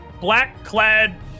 black-clad